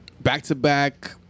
Back-to-back